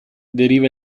deriva